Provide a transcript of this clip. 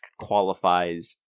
Qualifies